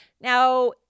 Now